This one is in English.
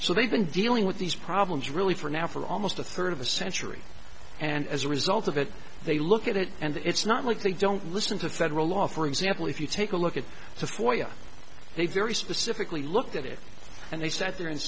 so they've been dealing with these problems really for now for almost a third of a century and as a result of it they look at it and it's not like they don't listen to federal law for example if you take a look at the four year they very specifically looked at it and they sat there and